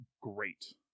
great